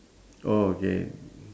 orh okay